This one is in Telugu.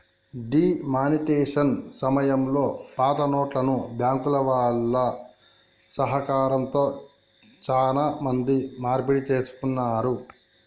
డీ మానిటైజేషన్ సమయంలో పాతనోట్లను బ్యాంకుల వాళ్ళ సహకారంతో చానా మంది మార్పిడి చేసుకున్నారు